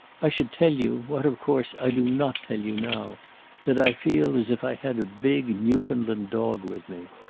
i should tell you what, of course, i do not tell you now that i feel as if i had a big newfoundland dog with me.